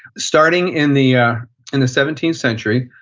starting in the ah in the seventeenth century,